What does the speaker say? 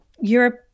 Europe